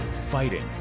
Fighting